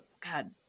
God